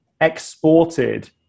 exported